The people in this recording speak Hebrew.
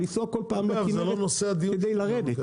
לא יכול לנסוע כל פעם לכנרת כדי לרדת.